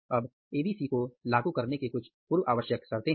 अब ABC को लागू करने की कुछ पूर्व आवश्यक शर्तें हैं